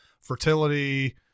fertility